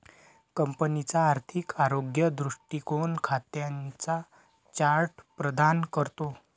कंपनीचा आर्थिक आरोग्य दृष्टीकोन खात्यांचा चार्ट प्रदान करतो